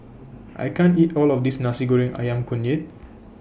I can't eat All of This Nasi Goreng Ayam Kunyit